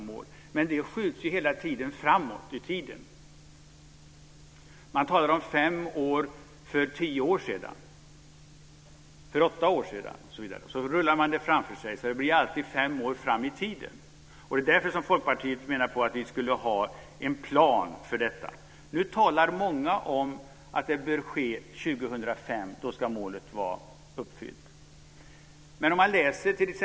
Men det skjuts hela tiden framåt i tiden. Man talade om fem år för tio år sedan och för åtta år sedan. Sedan rullar man det framför sig så att det blir alltid förskjutet fem år fram i tiden. Det är därför som Folkpartiet vill att det ska finna en plan för detta. Nu säger många att målet ska vara uppfyllt 2005.